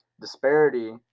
disparity